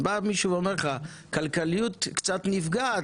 ובא מישהו ואומר לך שהכלכליות קצת נפגעת